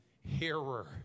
hearer